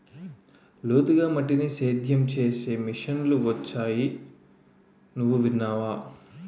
లోతుగా మట్టిని సేద్యం చేసే మిషన్లు వొచ్చాయి నువ్వు విన్నావా?